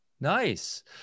Nice